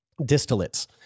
Distillates